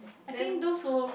then